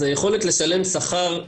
אז היכולת לשלם שכר,